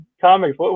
comics